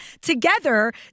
together